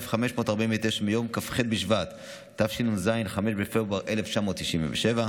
1549 מיום כ"ח בשבט התשנ"ז, 5 בפברואר 1997,